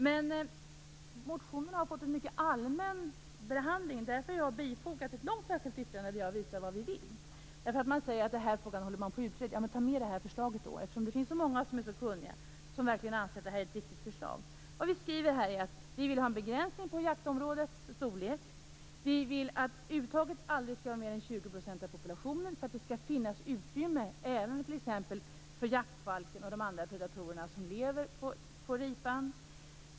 Men motionen har fått en mycket allmän behandling. Därför har jag bifogat ett långt särskilt yttrande där jag visar vad vi vill. Man säger att man håller på att utreda den här frågan. Men ta då med det här förslaget! Det finns ju så många som är kunniga som verkligen anser att det här är ett riktigt förslag. Vi skriver att vi vill ha en begränsning av jaktområdets storlek. Vi vill att uttaget aldrig skall vara mer än 20 % av populationen för att det skall finnas utrymme även för t.ex. jaktfalk och de andra predatorerna som lever på ripa.